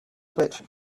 switch